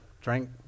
drank